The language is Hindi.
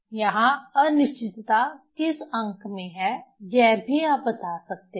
यहां अनिश्चितता किस अंक में है यह भी आप बता सकते हैं